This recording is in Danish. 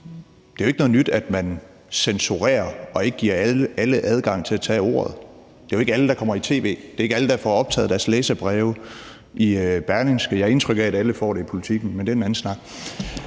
Det er jo ikke noget nyt, at man censurerer og ikke giver alle adgang til at tage ordet. Det er jo ikke alle, der kommer i tv; det er ikke alle, der får optaget deres læserbreve i Berlingske. Jeg har indtryk af, at alle får det i Politiken, men det er en anden snak.